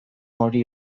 hori